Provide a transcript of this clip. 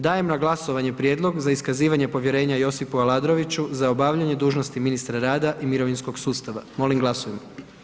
Dajem na glasovanje Prijedlog za iskazivanje povjerenja Josipu Aladroviću za obavljanje dužnosti ministra rada i mirovinskog sustava, molim glasujmo.